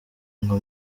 ngo